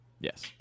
yes